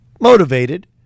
motivated